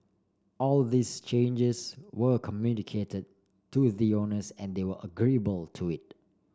all these changes were communicated to the owners and they were agreeable to it